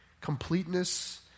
completeness